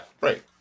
right